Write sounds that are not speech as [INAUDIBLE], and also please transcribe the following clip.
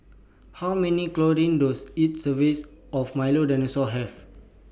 How Many [UNINTELLIGIBLE] Does IT serves of Milo Dinosaur Have